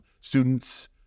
Students